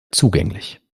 zugänglich